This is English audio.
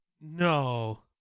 No